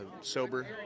sober